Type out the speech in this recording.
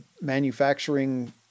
manufacturing